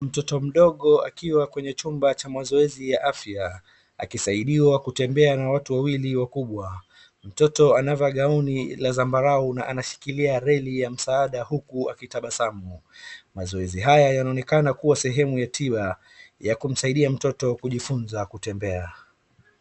Mtoto mdogo akiwa kwenye chumba cha mazoezi ya afya, akisaidiwa kutembea na watu wawili wakubwa. Mtoto anavaa gauni la zambarau na anashikilia reli ya msaada huku akitabasamu. Mazoezi haya yanaonekana kuwa sehemu ya tiba, ya kumsaidia mtoto kujifunza kutembea.